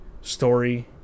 story